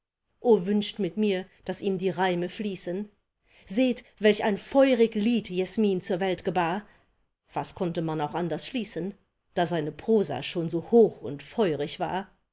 wünscht mit mir daß ihm die reime fließen seht welch ein feurig lied jesmin zur welt gebar was konnte man auch anders schließen da seine prosa schon so hoch und feurig war